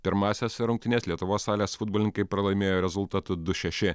pirmąsias rungtynes lietuvos salės futbolininkai pralaimėjo rezultatu du šeši